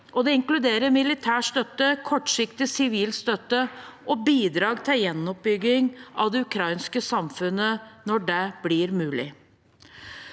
det inkluderer militær støtte, kortsiktig sivil støtte og bidrag til gjenoppbygging av det ukrainske samfunnet når det blir mulig.